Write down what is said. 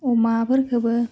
अमाफोरखौबो